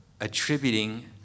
attributing